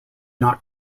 not